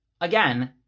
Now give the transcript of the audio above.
again